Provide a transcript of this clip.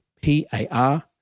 P-A-R